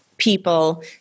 people